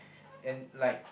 and like